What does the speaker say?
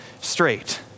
straight